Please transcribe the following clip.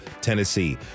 Tennessee